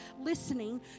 listening